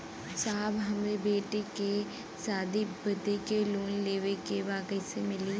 साहब हमरे बेटी के शादी बदे के लोन लेवे के बा कइसे मिलि?